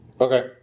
Okay